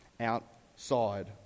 outside